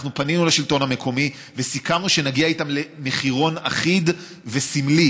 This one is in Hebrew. אנחנו פנינו לשלטון המקומי וסיכמנו שנגיע איתם למחירון אחיד וסמלי,